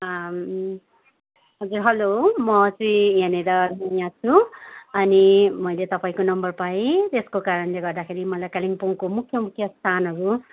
हजुर हेलो म चाहिँ यहाँनिर यहाँ छु अनि मैले तपाईँको नम्बर पाएँ त्यसको कारणले गर्दाखेरि मलाई कालिम्पोङको मुख्य मुख्य स्थानहरू